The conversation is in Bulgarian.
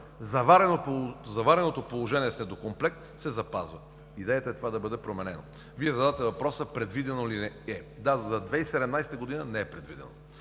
завареното положение недокомплект се запазва. Идеята е това да бъде променено. Вие задавате въпроса: предвидено ли е? Да, но за 2017 г. не е предвидено.